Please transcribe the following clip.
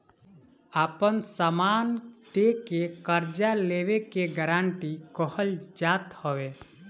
आपन समान दे के कर्जा लेवे के गारंटी कहल जात हवे